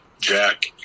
Jack